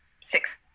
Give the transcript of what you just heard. six